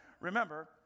Remember